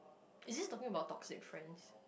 is this talking about toxic friends